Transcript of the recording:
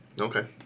okay